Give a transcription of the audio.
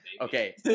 Okay